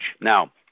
Now